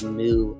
new